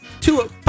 two